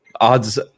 Odds